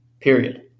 Period